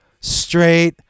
straight